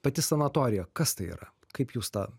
pati sanatorija kas tai yra kaip jūs tą